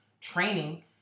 training